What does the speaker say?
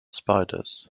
spiders